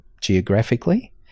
geographically